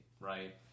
right